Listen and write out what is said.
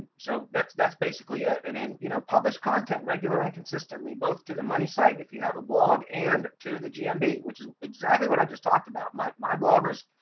so that's that's basically it and then you know, publish content regularly and consistently both to the money site if you have a blog and to the gmb which is exactly what i just talked about my my bloggers.